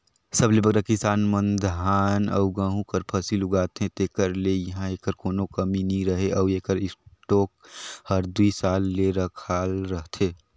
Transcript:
सबले बगरा किसान मन धान अउ गहूँ कर फसिल उगाथें तेकर ले इहां एकर कोनो कमी नी रहें अउ एकर स्टॉक हर दुई साल ले रखाल रहथे